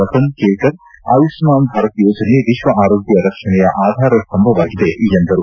ರತನ್ ಕೇಲ್ಕರ್ ಆಯುಪ್ನನ್ ಭಾರತ್ ಯೋಜನೆ ವಿಶ್ವ ಆರೋಗ್ಟ ರಕ್ಷಣೆಯ ಆಧಾರಸ್ವಂಭವಾಗಿದೆ ಎಂದರು